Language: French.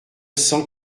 cent